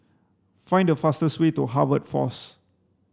find the fastest way to Harvest Force